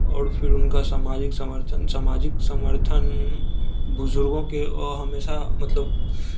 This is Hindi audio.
और फिर उनका सामाजिक समर्थन सामाजिक समर्थन बुज़ुर्गों के ओ हमेशा मतलब